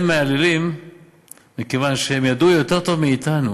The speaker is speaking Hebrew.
הם מהללים מכיוון שהם ידעו יותר טוב מאתנו